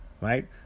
right